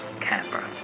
Canberra